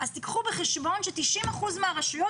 קחו בחשבון ןש-90 אחוזים מהרשויות,